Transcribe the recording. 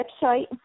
website